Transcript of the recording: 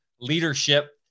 leadership